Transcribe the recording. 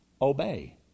obey